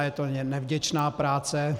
Je to nevděčná práce.